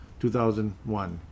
2001